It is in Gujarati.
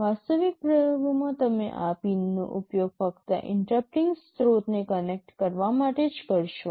વાસ્તવિક પ્રયોગોમાં તમે આ પિનનો ઉપયોગ ફક્ત ઇન્ટરપ્ટિંગ સ્ત્રોતોને કનેક્ટ કરવા માટે જ કરશો